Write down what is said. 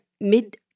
mid